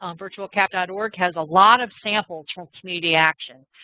um virtualcaf dot org has a lot of samples for community action.